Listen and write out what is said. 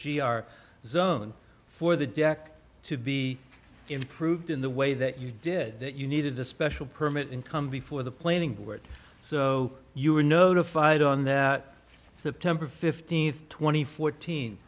r zone for the deck to be improved in the way that you did that you needed a special permit income before the planning board so you were notified on that the temper fifteenth twenty fourteen